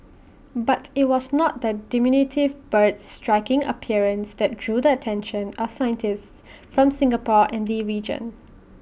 but IT was not the diminutive bird's striking appearance that drew the attention of scientists from Singapore and the region